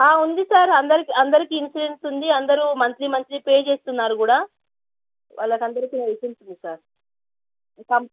ఉంది సార్ అందరికి ఇన్సూరెన్స్ ఉంది అందరూ మంత్లీ మంత్లీ పే చేస్తున్నారు కూడా వాళ్ళకి అందరికి లైసెన్స్ ఉంది సార్ ఇక